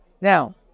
Now